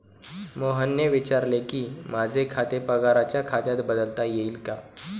मोहनने विचारले की, माझे खाते पगाराच्या खात्यात बदलता येईल का